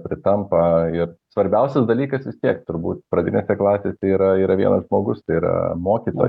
pritampa ir svarbiausias dalykas vis tiek turbūt pradinėse klasėse yra tra vienas žmogus tai yra mokytojas